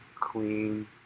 clean